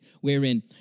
wherein